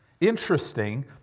Interesting